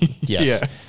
Yes